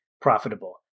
profitable